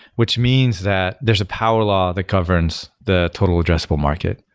which means that there's a power law that governs the total addressable market.